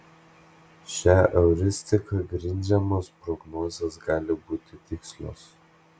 šia euristika grindžiamos prognozės gali būti tikslios